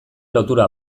lotura